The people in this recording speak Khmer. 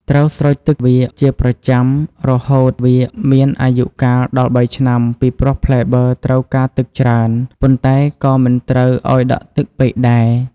ត្រូវស្រោចទឹកវាជាប្រចាំរហូតវាមានអាយុកាលដល់៣ឆ្នាំ ពីព្រោះផ្លែបឺរត្រូវការទឹកច្រើនប៉ុន្តែក៏មិនត្រូវឱ្យដក់ទឹកពេកដែរ។